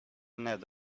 ned